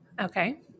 Okay